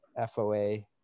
FOA